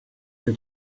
que